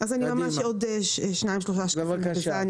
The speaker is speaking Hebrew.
אני עוד שניים, שלושה שקפים מסיימת.